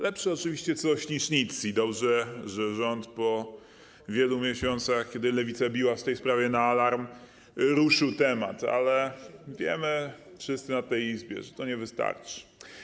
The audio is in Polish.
Lepsze oczywiście coś niż nic i dobrze, że rząd po wielu miesiącach, kiedy Lewica biła w tej sprawie na alarm, ruszył temat, ale wszyscy w tej Izbie wiemy, że to nie wystarczy.